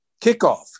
kickoff